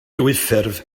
dwyffurf